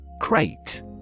crate